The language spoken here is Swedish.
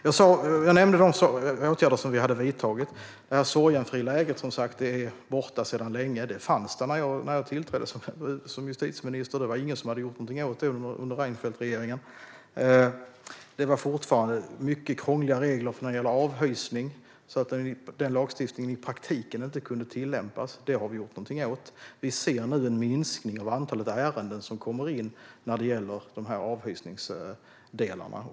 Jag nämnde de åtgärder vi hade vidtagit. Sorgenfrilägret är borta sedan länge. Det fanns där när jag tillträdde som justitieminister, och det var ingen som hade gjort något under Reinfeldtregeringen. Det var fortfarande mycket krångliga regler för avhysning. Den lagstiftningen kunde i praktiken inte tillämpas. Det har vi gjort något åt. Vi ser nu en minskning av antalet ärenden som kommer in i avhysningsdelarna.